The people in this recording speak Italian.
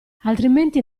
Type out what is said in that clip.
altrimenti